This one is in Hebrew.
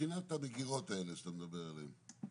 מבחינת המגירות האלה שאתה מדבר עליהן.